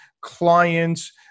clients